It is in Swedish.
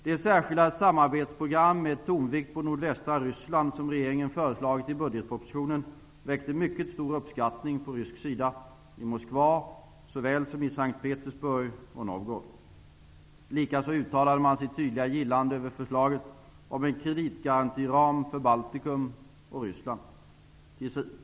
Det särskilda samarbetsprogram med tonvikt på nordvästra Ryssland som regeringen föreslagit i budgetpropositionen väckte mycket stor uppskattning på rysk sida, i Moskva såväl som i S:t Petersburg och Novgorod. Likaså uttalade man sitt tydliga gillande över förslaget om en kreditgarantiram för Baltikum och Ryssland.